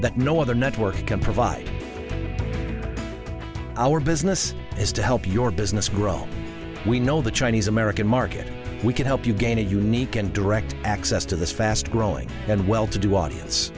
that no other network can provide our business is to help your business grow we know the chinese american market we can help you gain a unique and direct access to this fast growing and well to do audience